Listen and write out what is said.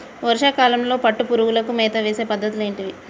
వర్షా కాలంలో పట్టు పురుగులకు మేత వేసే పద్ధతులు ఏంటివి?